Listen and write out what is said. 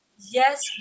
Yes